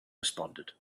responded